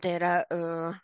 tai yra